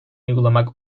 uygulamak